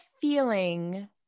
feeling